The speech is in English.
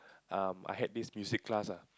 um I had this music class lah